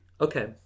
Okay